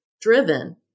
driven